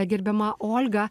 gerbiama olga